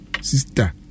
sister